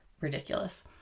ridiculous